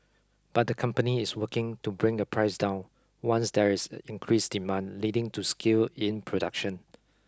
but the company is working to bring the price down once there is increased demand leading to scale in production